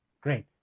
Great